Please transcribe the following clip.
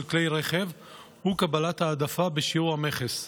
כלי רכב הוא קבלת העדפה בשיעור המכס.